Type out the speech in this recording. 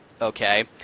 okay